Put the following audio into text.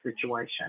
situation